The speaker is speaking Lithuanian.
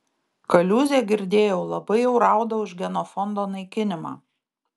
kaliūzė girdėjau labai jau rauda už genofondo naikinimą